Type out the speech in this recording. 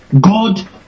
God